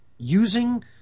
using